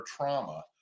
trauma